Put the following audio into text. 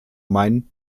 main